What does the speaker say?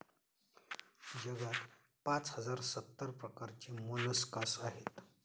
जगात पाच हजार सत्तर प्रकारचे मोलस्कास आहेत